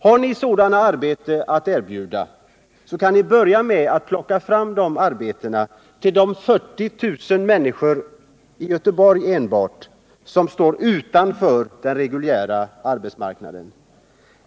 Har ni sådana arbeten att erbjuda, kan ni börja med att plocka fram dessa till de 40 000 människor som enbart i Göteborg står utanför den reguljära arbetsmarknaden.